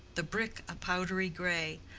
the brick a powdery gray,